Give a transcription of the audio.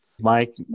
Mike